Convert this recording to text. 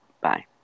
Bye